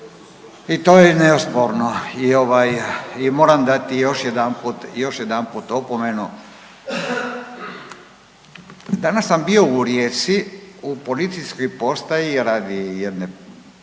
i to je neosporno i moram dati još jedanput opomenu. Danas sam bio u Rijeci u policijskoj postaji radi jedne